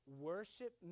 Worship